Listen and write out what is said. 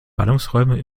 ballungsräume